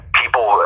people